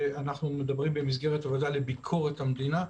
אנחנו מדברים במסגרת הוועדה לביקורת המדינה,